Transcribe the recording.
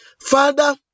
Father